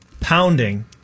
pounding